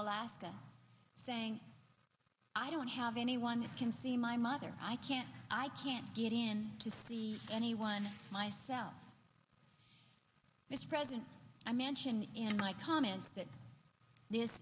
alaska saying i don't have anyone that can see my mother i can't i can't get in to see anyone myself this present i mention in my comment that this